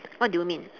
what do you mean